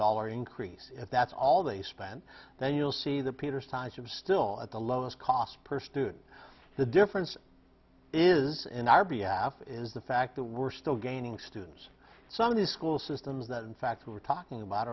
dollar increase at that's all they spent then you'll see the peter size of still at the lowest cost per student the difference is in r b f is the fact that we're still gaining students some of the school systems that in fact we're talking about